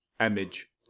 image